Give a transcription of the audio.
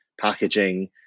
packaging